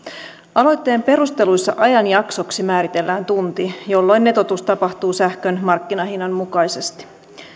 aloitteen perusteluissa ajanjaksoksi määritellään tunti jolloin netotus tapahtuu sähkön markkinahinnan mukaisesti